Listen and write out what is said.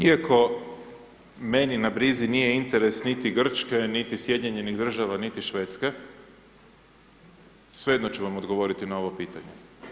Iako meni na brizi nije interes niti Grčke, niti SAD, niti Švedske svejedno ću vam odgovorit na ovo pitanje.